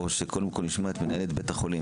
או שקודם כל נשמע את מנהלת בית החולים?